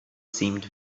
seemed